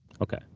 Okay